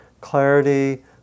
clarity